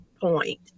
point